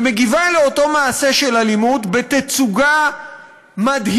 ומגיבה על אותו מעשה של אלימות בתצוגה מדהימה